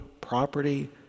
property